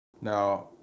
Now